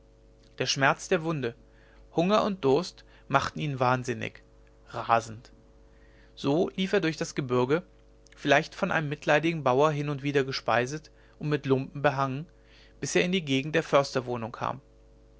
der schmerz der wunde hunger und durst machten ihn wahnsinnig rasend so lief er durch das gebürge vielleicht von einem mitleidigen bauer hin und wieder gespeiset und mit lumpen behangen bis er in die gegend der försterwohnung kam